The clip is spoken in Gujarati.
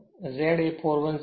Z એ 410 છે